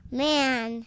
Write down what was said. man